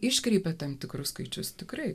iškreipia tam tikrus skaičius tikrai